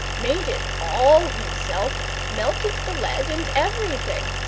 made it all himself melted the lead and everything!